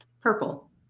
Purple